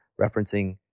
referencing